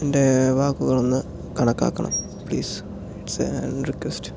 എൻ്റെ വാക്കുകളൊന്ന് കണക്കാക്കണം പ്ലീസ് ഇറ്റ്സ് എ റിക്വസ്റ്റ്